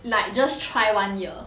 like just try one year